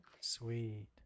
Sweet